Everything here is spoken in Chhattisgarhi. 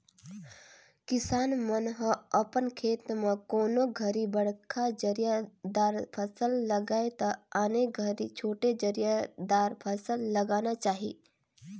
किसान मन ह अपन खेत म कोनों घरी बड़खा जरिया दार फसल लगाये त आने घरी छोटे जरिया दार फसल लगाना चाही